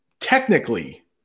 technically